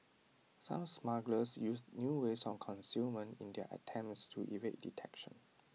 some smugglers used new ways of concealment in their attempts to evade detection